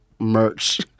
merch